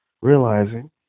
Realizing